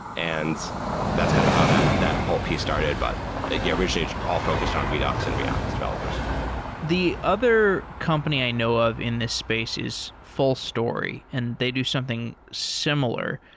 and that's kind of how that that whole piece started. but yeah originally, just all focused on redux and react to developers the other company i know of in this space is fullstory and they do something similar.